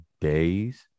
days